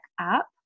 up